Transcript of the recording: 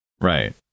Right